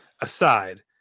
aside